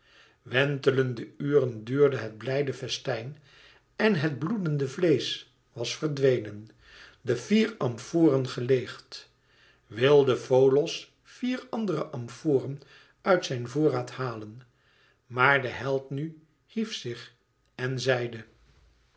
wentelende uren duurde het blijde festijn en het bloedende vleesch was verdwenen de vier amforen geleêgd wilde folos vier andere amforen uit zijn voorraad halen maar de held nu hief zich en zeide